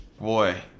Boy